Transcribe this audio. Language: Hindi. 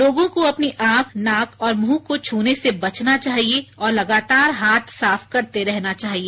लोगों को अपनी आंख नाक और मुंह को छूने से बचना चाहिए और लगातार हाथ साफ करते रहना चाहिए